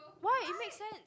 why it make sense